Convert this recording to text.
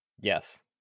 Yes